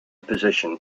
position